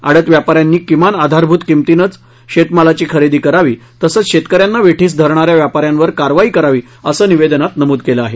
आडत व्यापा यांनी किमान आधारभूत किमतीनेच शेतमालाची खरेदी करावी तसंच शेतक यांना वेठीस धरणा्या व्यापा यांवर कारवाई करावी असं निवेदनात नमूद आहे